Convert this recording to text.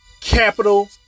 capital